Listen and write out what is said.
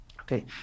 okay